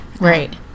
Right